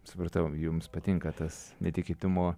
supratau jums patinka tas netikėtumo